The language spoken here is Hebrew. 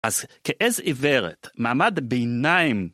אז כעז עיוורת מעמד הביניים